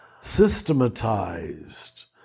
systematized